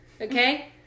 Okay